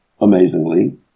amazingly